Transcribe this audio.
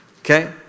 Okay